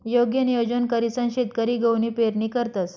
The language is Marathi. योग्य नियोजन करीसन शेतकरी गहूनी पेरणी करतंस